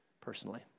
personally